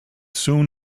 soon